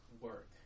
work